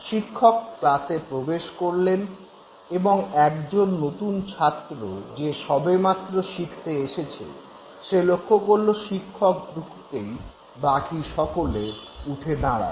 শিক্ষক ক্লাসে প্রবেশ করলেন এবং একজন নতুন ছাত্র যে সবেমাত্র শিখতে এসেছে সে লক্ষ্য করল শিক্ষক ঢুকতেই বাকি সকলে উঠে দাঁড়াল